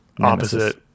opposite